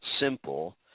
simple